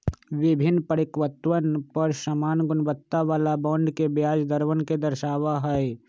विभिन्न परिपक्वतवन पर समान गुणवत्ता वाला बॉन्ड के ब्याज दरवन के दर्शावा हई